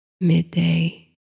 midday